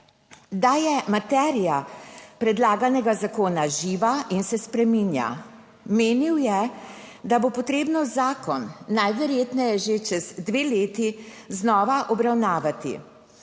da je materija predlaganega zakona živa in se spreminja. Menil je, da bo potrebno zakon najverjetneje že čez dve leti znova obravnavati.